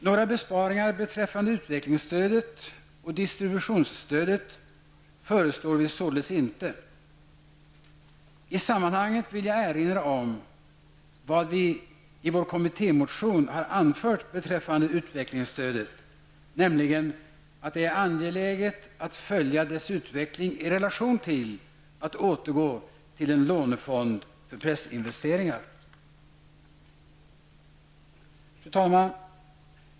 Några besparingar beträffande utvecklingsstödet och distributionsstödet föreslår vi således inte. I sammanhanget vill jag erinra om vad vi i vår kommittémotion har anfört beträffande utvecklingsstödet, nämligen att det är angeläget att följa dess utveckling i relation till en återgång till en lånefond för pressinvesteringar. Fru talman!